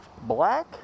black